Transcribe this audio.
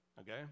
Okay